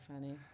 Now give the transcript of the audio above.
funny